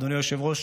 אדוני היושב-ראש,